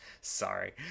Sorry